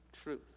truth